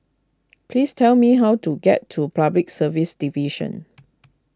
please tell me how to get to Public Service Division